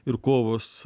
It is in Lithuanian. ir kovos